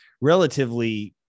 relatively